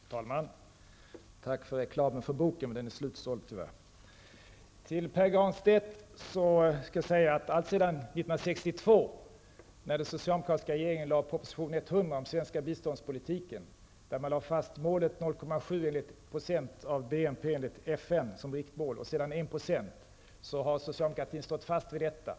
Fru talman! Jag tackar för reklamen för boken, men den är tyvärr slutsåld. Till Pär Granstedt vill jag säga att socialdemokratin alltsedan 1962, när den socialdemokratiska regeringen lade fram proposition 100 om den svenska biståndspolitiken där man lade fast målet 0,7 % av BNP enligt FNs rekommendation och sedan 1 %, har stått fast vid detta.